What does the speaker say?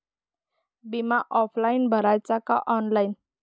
बिमा ऑफलाईन भराचा का ऑनलाईन?